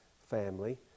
family